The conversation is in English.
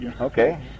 Okay